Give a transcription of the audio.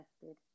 tested